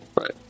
right